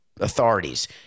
authorities